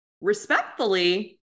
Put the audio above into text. respectfully